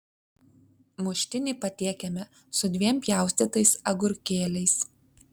muštinį patiekiame su dviem pjaustytais agurkėliais